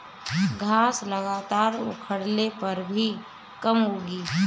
घास लगातार उखड़ले पर भी कम उगी